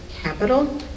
capital